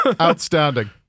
Outstanding